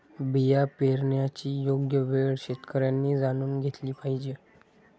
बिया पेरण्याची योग्य वेळ शेतकऱ्यांनी जाणून घेतली पाहिजे